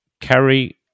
carry